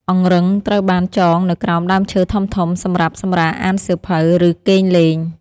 អង្រឹងត្រូវបានចងនៅក្រោមដើមឈើធំៗសម្រាប់សម្រាកអានសៀវភៅ ឬគេងលេង។